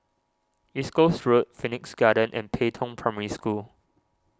East Coast Road Phoenix Garden and Pei Tong Primary School